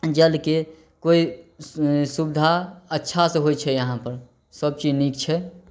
जलके कोइ सुविधा अच्छासे होइ छै यहाँपर सबचीज नीक छै